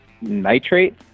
nitrate